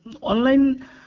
Online